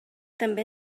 també